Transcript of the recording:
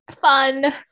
Fun